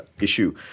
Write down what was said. issue